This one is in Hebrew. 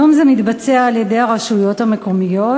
היום זה מתבצע על-ידי הרשויות המקומיות,